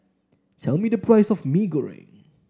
tell me the price of Mee Goreng